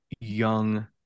young